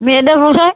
মেয়েদের পোশাক